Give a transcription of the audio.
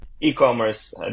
e-commerce